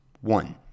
One